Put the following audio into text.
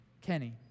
Kenny